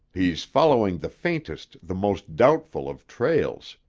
he's following the faintest, the most doubtful, of trails.